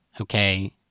Okay